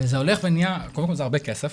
וזה הולך ונהיה - קודם כל זה הרבה כסף.